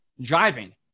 driving